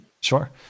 Sure